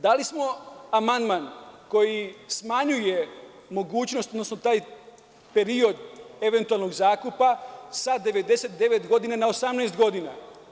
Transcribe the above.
Dali smo amandman koji smanjuje mogućnost, odnosno taj period eventualnog zakupa sa 99 godina na 18 godina.